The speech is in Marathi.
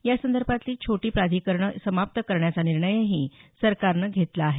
या संदर्भातली छोटी प्राधिकरणं समाप्त करण्याचा निर्णयही सरकारनं घेतला आहे